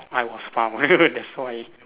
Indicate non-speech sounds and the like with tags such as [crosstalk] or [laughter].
I was found [laughs]